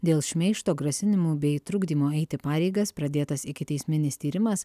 dėl šmeižto grasinimų bei trukdymo eiti pareigas pradėtas ikiteisminis tyrimas